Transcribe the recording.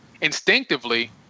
instinctively